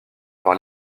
par